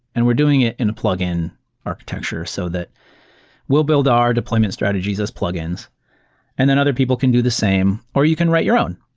and we're doing it in a plug in architecture so that we'll build our deployment strategies as plugins and then other people can do the same, or you can write your own.